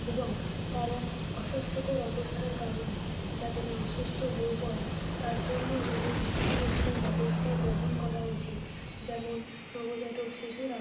এবং তারা অস্বাস্থ্যকর অবস্থার কারণে যাতে না অসুস্থ হয়ে পড়ে তার জন্য আমাদের বিভিন্ন রকমের ব্যবস্থা গ্রহণ করা উচিত যেমন নবজাতক শিশুরা